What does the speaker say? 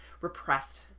repressed